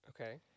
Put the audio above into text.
Okay